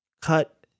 cut